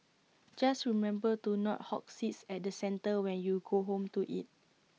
just remember to not hog seats at the centre when you go home to eat